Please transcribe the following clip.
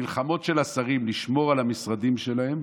המלחמות של השרים לשמור על המשרדים שלהם,